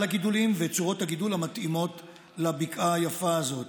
הגידולים וצורות הגידול המתאימות לבקעה היפה הזאת.